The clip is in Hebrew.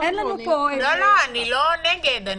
אני לא נגד.